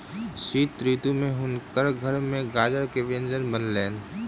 शीत ऋतू में हुनकर घर में गाजर के व्यंजन बनलैन